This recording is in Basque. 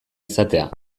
izatea